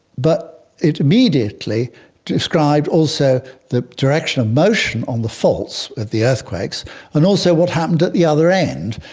but it immediately described also the direction of motion on the faults with the earthquakes and also what happened at the other end,